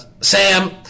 Sam